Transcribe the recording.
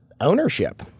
ownership